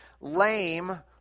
lame